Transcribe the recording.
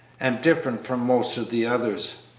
and different from most of the others.